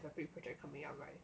the big project coming up [right]